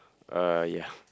uh ya